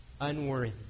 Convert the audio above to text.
unworthy